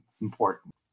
important